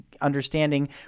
understanding